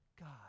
God